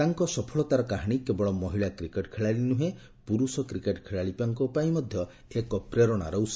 ତାଙ୍କ ସଫଳତାର କାହାଣୀ କେବଳ ମହିଳା କ୍ରିକେଟ୍ ଖେଳାଳି ନୁହେଁ ପୁରୁଷ କ୍ରିକେଟ୍ ଖେଳାଳିଙ୍କ ପାଇଁ ମଧ୍ୟ ଏକ ପ୍ରେରଣାର ଉହ